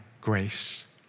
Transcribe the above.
Grace